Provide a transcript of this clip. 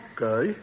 Okay